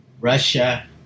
Russia